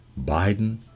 Biden